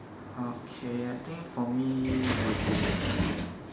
okay I think for me would be let's say